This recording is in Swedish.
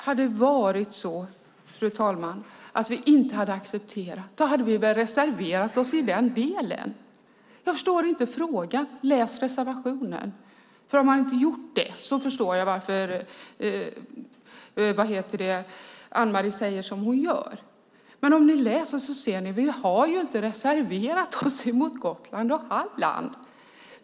Fru talman! Hade det varit så att vi inte hade accepterat detta hade vi väl reserverat oss i den delen. Jag förstår inte frågan. Läs reservationen! Har man inte gjort det förstår jag varför Anne-Marie Brodén säger som hon gör, men om ni läser ser ni att vi inte har reserverat oss mot Gotland och Halland.